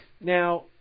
Now